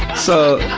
so,